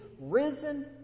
risen